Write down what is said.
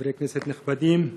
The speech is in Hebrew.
חברי כנסת נכבדים,